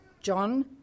John